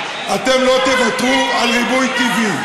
אתם לא תוותרו על ריבוי טבעי.